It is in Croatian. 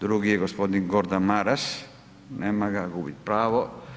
Drugi je gospodin Gordan Maras, nema ga, gubi pravo.